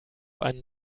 einen